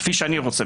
כפי שאני רוצה,